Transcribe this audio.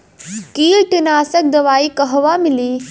कीटनाशक दवाई कहवा मिली?